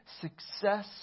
success